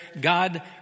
God